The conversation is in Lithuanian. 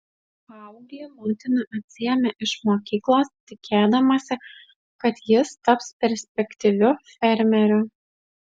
paauglį motina atsiėmė iš mokyklos tikėdamasi kad jis taps perspektyviu fermeriu